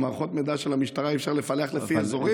במערכת המידע של המשטרה אי-אפשר לפלח לפי אזורים?